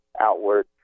outward